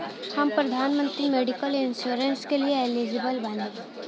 हम प्रधानमंत्री medical insurance के लिए एलिजिबल बानी?